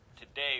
today